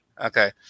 okay